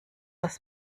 aus